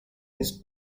his